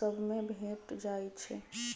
सभ में भेंट जाइ छै